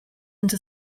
into